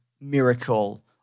miracle